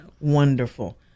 wonderful